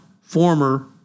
former